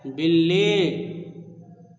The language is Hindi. बिल्ली